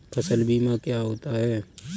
फसल बीमा क्या होता है?